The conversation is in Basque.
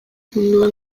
munduan